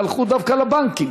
והלכו דווקא לבנקים.